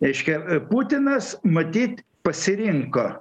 reiškia putinas matyt pasirinko